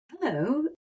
Hello